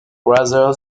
rather